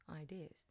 ideas